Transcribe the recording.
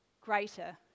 greater